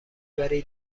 برای